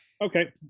Okay